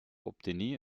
obtenir